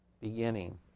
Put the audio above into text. beginning